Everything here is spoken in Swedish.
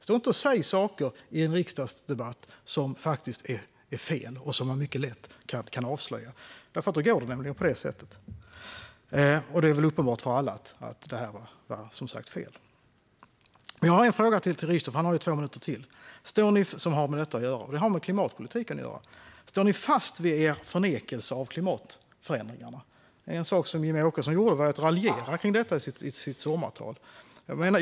Stå inte och säg saker i en riksdagsdebatt som faktiskt är fel och som man mycket lätt kan avslöja! Då blir det nämligen på det viset. Och det är väl uppenbart för alla att det var fel. Jag har ännu en fråga till Richtoff som har med detta att göra. Han har ju två minuter till på sig. Det handlar om klimatpolitiken. Står ni fast vid er förnekelse av klimatförändringarna? Jimmie Åkesson raljerade kring det i sitt sommartal.